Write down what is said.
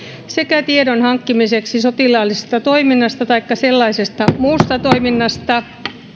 sekä tiedon hankkimiseksi sotilaallisesta toiminnasta taikka sellaisesta muusta toiminnasta